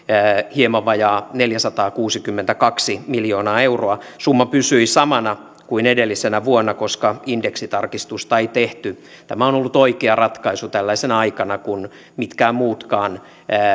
hieman vajaa neljäsataakuusikymmentäkaksi miljoonaa euroa summa pysyi samana kuin edellisenä vuonna koska indeksitarkistusta ei tehty tämä on ollut oikea ratkaisu tällaisena aikana kun mitkään muutkaan